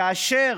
כאשר,